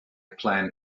plan